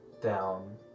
down